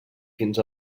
fins